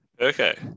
Okay